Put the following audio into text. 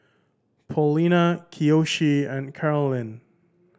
Paulina Kiyoshi and Karolyn